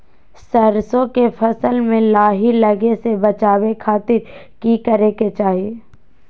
सरसों के फसल में लाही लगे से बचावे खातिर की करे के चाही?